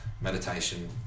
meditation